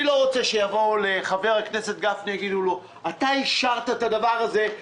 אני לא רוצה שיבואו לחבר הכנסת גפני ויגידו לו: אתה אישרת את הדבר הזה,